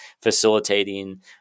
facilitating